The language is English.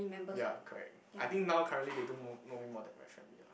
ya correct I think now currently they don't know me more than my family lah